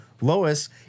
Lois